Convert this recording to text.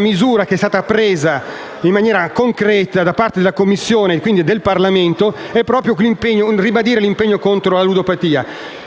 misura che è stata adottata in maniera concreta da parte della Commissione, e quindi del Parlamento, è stata proprio quella di ribadire l'impegno contro la ludopatia,